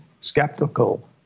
skeptical